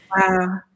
Wow